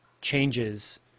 changes